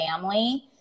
family